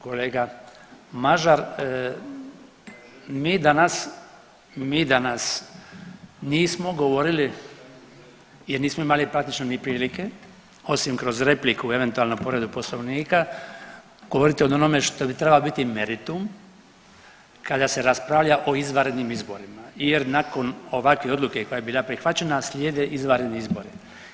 Kolega Mažar, mi danas, mi danas nismo govorili jer nismo imali praktično ni prilike osim kroz repliku i eventualno povredu Poslovnika govoriti o onome što bi trebalo biti meritum kada se raspravlja o izvanrednim izborima jer nakon ovakve odluke koja je bila prihvaćena slijede izvanredni izbori.